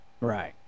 Right